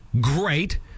great